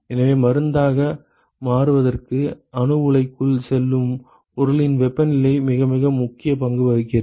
எனவே மருந்தாக மாறுவதற்கு அணுஉலைக்குள் செல்லும் பொருளின் வெப்பநிலை மிக மிக முக்கியப் பங்கு வகிக்கிறது